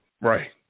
Right